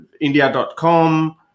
India.com